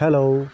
hello